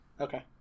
Okay